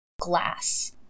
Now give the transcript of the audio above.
glass